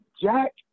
Jack